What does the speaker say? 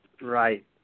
Right